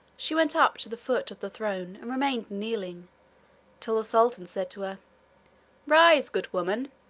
she went up to the foot of the throne and remained kneeling till the sultan said to her rise, good woman,